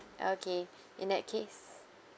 okay in that case